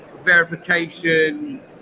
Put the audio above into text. verification